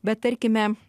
bet tarkime